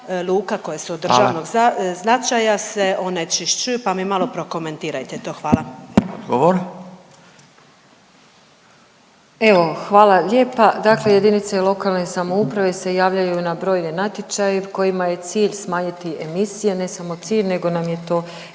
koje su od državnog značaja se onečišćuju pa mi malo prokomentirajte to. Hvala. **Radin, Furio (Nezavisni)** Odgovor. **Vučković, Marija (HDZ)** Evo hvala lijepa. Dakle, jedinice lokalne samouprave se javljaju na brojne natječaje kojima je cilj smanjiti emisije, ne samo cilj nego nam je to